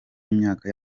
imyaka